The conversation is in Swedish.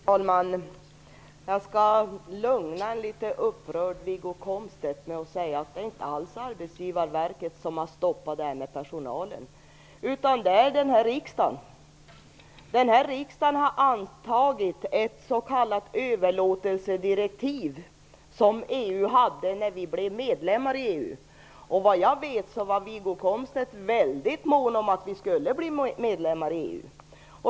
Fru talman! Jag skall lugna en något upprörd Wiggo Komstedt med att säga att det inte alls är Arbetsgivarverket som har stoppat det här med personalen, utan det är riksdagen. Riksdagen har antagit ett s.k. överlåtelsedirektiv som EU hade när vi blev medlemmar i EU. Enligt vad jag vet var Wiggo Komstedt väldigt mån om att vi skulle bli medlemmar i EU.